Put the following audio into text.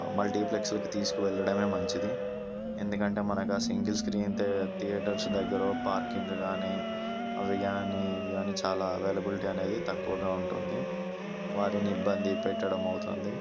మల్టీప్లెక్స్లకు తీసుకవెళ్లడమే మంచిది ఎందుకంటే మనకు సింగిల్ స్క్రీన్ థియేటర్స్ దగ్గరో పార్కింగ్ కాని అవి కాని ఇవి కాని చాలా అవైలబిలిటీ అనేది తక్కువగా ఉంటుంది వారిని ఇబ్బంది పెట్టడం అవుతుంది